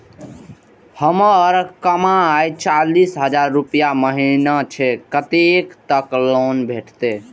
हमर कमाय चालीस हजार रूपया महिना छै कतैक तक लोन भेटते?